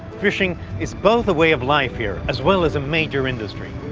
fishing is both a way of life here, as well as a major industry.